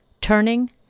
Turning